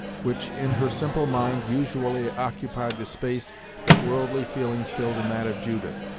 which in her simple mind usually occupied the space that worldly feelings filled in that of judith,